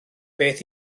beth